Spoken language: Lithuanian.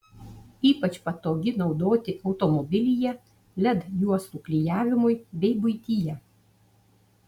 ypač patogi naudoti automobilyje led juostų klijavimui bei buityje